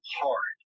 hard